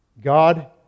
God